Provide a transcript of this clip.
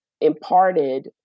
imparted